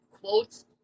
quotes